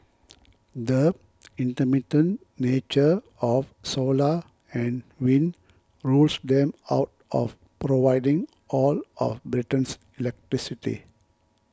the intermittent nature of solar and wind rules them out of providing all of Britain's electricity